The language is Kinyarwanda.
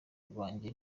rwanjye